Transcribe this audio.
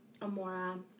Amora